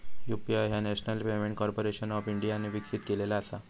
UPI ह्या national payment corporation of इंडियाने विकसित केला असा